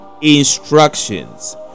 instructions